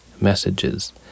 messages